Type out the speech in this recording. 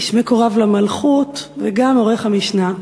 איש מקורב למלכות, וגם עורך המשנה,